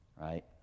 Right